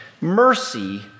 mercy